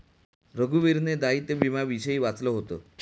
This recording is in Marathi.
रघुवीरने दायित्व विम्याविषयी वाचलं होतं